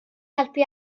helpu